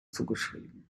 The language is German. zugeschrieben